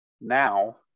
now